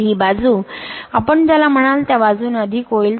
तर ही बाजू आपण ज्याला म्हणाल त्या बाजूने अधिक होईल